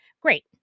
Great